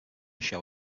show